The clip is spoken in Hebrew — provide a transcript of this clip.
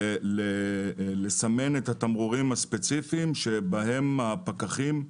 לסמן את התמרורים הספציפיים שבהם הפקחים,